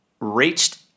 reached